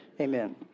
amen